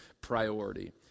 priority